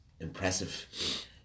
impressive